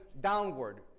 downward